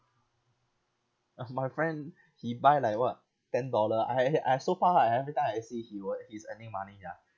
as my friend he buy like what ten dollar I I so far I every time I see he will he's earning money ya